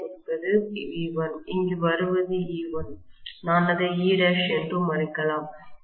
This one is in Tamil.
விண்ணப்பிப்பது V1 இங்கு வருவது E1 நான் அதை E' என்றும் அழைக்கலாம்